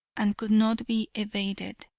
and could not be evaded.